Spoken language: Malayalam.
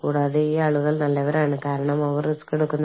കൂടാതെ ഇത് ശീലമാക്കുവാൻ കുറച്ച് സമയം എടുക്കും